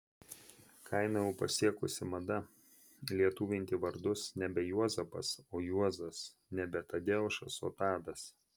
kaimą jau pasiekusi mada lietuvinti vardus nebe juozapas o juozas nebe tadeušas o tadas